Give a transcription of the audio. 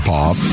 Pop